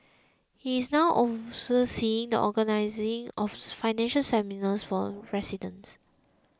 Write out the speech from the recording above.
he is now overseeing the organising of financial seminars for residents